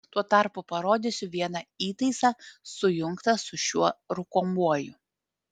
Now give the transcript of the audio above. tuo tarpu parodysiu vieną įtaisą sujungtą su šiuo rūkomuoju